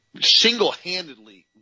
single-handedly –